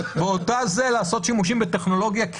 לעשות שימושים בטכנולוגיה,